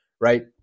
right